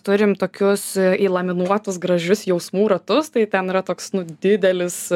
turim tokius įlaminuotus gražius jausmų ratus tai ten yra toks didelis